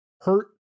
hurt